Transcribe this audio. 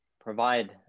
provide